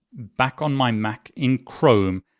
back on my mac in chrome,